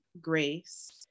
grace